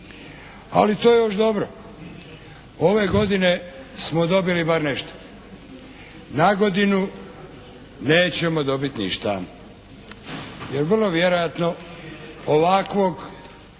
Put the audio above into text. Ali to je još dobro. Ove godine smo dobili bar nešto. Na godinu nećemo dobit ništa. Jer vrlo vjerojatno ovakvog